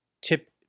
Tip